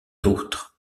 d’autres